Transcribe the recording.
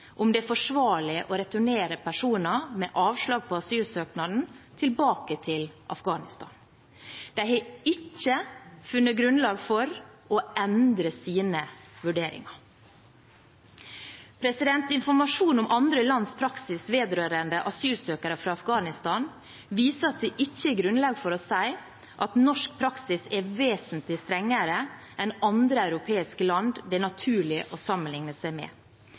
om det er forsvarlig å returnere personer med avslag på asylsøknaden tilbake til Afghanistan. De har ikke funnet grunnlag for å endre sine vurderinger. Informasjon om andre lands praksis vedrørende asylsøkere fra Afghanistan viser at det ikke er grunnlag for å si at norsk praksis er vesentlig strengere enn andre europeiske land det er naturlig å sammenligne seg med.